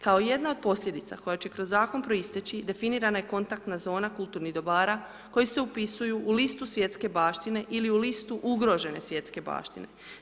Kao jedna od posljedica koja će kroz zakon proisteći definirana je kontaktna zona kulturnih dobara koji se upisuju u listu svjetske baštine ili u listu ugrožene svjetske baštine.